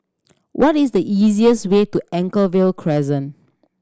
what is the easiest way to Anchorvale Crescent